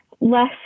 less